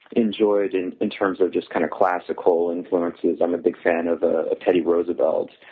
enjoyed and in terms of just kind of classical influences. i'm a big fan of ah teddy roosevelt.